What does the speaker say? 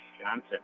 Johnson